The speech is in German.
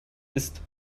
ist